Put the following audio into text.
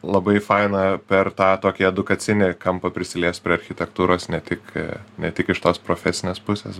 labai faina per tą tokį edukacinį kampą prisiliest prie architektūros ne tik ne tik iš tos profesinės pusės